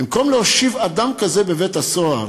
במקום להושיב אדם כזה בבית-הסוהר,